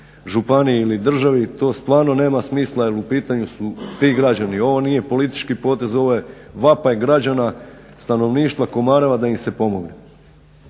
županiji, ili državi. To stvarno nema smisla jer u pitanju su ti građani. Ovo nije politički potez ovo je vapaj građani, stanovništva Komareva da im se pomogne.